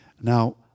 Now